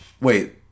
Wait